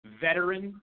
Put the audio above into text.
veteran